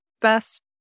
best